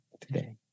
today